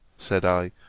said i,